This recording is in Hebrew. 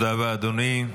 תודה רבה, אדוני.